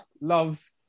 Loves